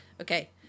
Okay